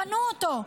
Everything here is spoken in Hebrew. פנו אותו.